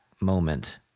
moment